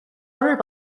日本